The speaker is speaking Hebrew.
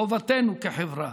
חובתנו כחברה